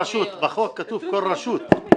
בחוק כתוב כל רשות.